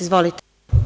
Izvolite.